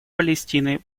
палестины